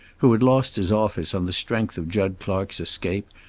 who had lost his office on the strength of jud clark's escape,